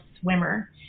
swimmer